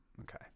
Okay